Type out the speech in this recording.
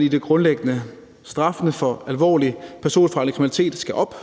i det grundlæggende. Straffene for alvorlig personfarlig kriminalitet skal op,